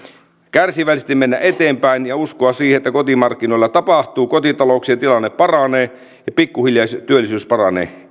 kärsivällisesti mennä eteenpäin ja uskoa siihen että kotimarkkinoilla tapahtuu kotitalouksien tilanne paranee ja pikkuhiljaa työllisyys paranee